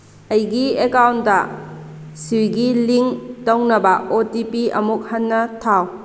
ꯑꯩꯒꯤ ꯑꯦꯀꯥꯎꯟꯗ ꯁ꯭ꯋꯤꯒꯤ ꯂꯤꯡ ꯇꯧꯅꯕ ꯑꯣ ꯇꯤ ꯄꯤ ꯑꯃꯨꯛ ꯍꯟꯅ ꯊꯥꯎ